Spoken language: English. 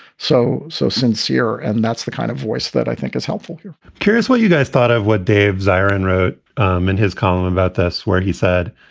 so, so sincere. and that's the kind of voice that i think is helpful here here's what you guys thought of what dave zirin wrote um in his column about this, where he said,